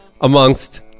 amongst